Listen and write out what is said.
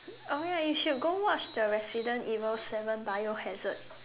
oh ya you should go watch the Resident Evil seven Biohazard